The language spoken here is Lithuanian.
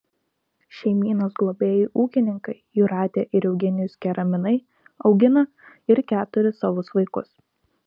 šeimynos globėjai ūkininkai jūratė ir eugenijus keraminai augina ir keturis savus vaikus